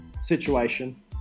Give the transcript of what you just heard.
situation